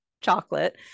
chocolate